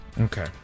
Okay